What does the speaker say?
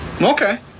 Okay